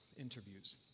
interviews